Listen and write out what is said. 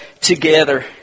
together